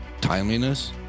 timeliness